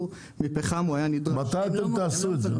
מתי תעשו את זה?